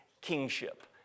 kingship